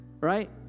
right